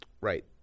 Right